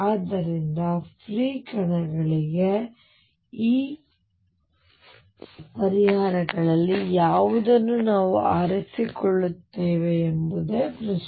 ಆದ್ದರಿಂದ ಫ್ರೀ ಕಣಗಳಿಗೆ ಈ ಪರಿಹಾರಗಳಲ್ಲಿ ಯಾವುದನ್ನು ನಾವು ಆರಿಸಿಕೊಳ್ಳುತ್ತೇವೆ ಎಂಬುದು ಪ್ರಶ್ನೆ